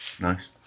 Nice